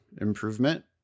improvement